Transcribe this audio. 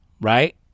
right